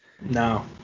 no